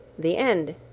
the end.